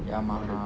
Yamaha